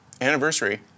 anniversary